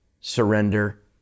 surrender